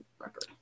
record